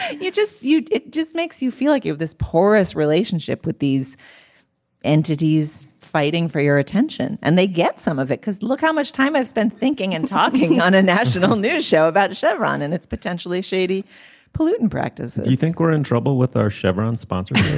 you just you it just makes you feel like you've this porous relationship with these entities fighting for your attention and they get some of it because look how much time i've spent thinking and talking on a national news show about chevron and its potentially shady polluting practices do you think we're in trouble with our chevron sponsor.